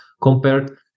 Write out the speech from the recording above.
compared